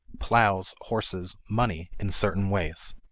plows, horses, money in certain ways.